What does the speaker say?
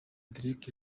derek